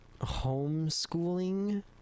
homeschooling